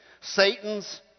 Satan's